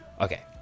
okay